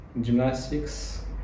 gymnastics